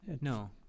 No